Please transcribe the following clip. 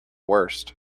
worst